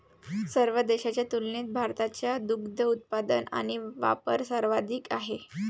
सर्व देशांच्या तुलनेत भारताचा दुग्ध उत्पादन आणि वापर सर्वाधिक आहे